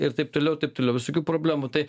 ir taip toliau taip toliau visokių problemų tai